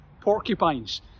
porcupines